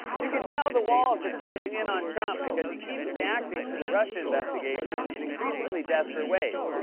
you can tell the walls are closing in on trump because he keeps reacting to the russia investigation in increasingly desperate ways.